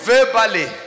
Verbally